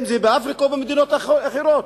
באפריקה או במדינות אחרות,